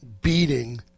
beating